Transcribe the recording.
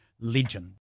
legend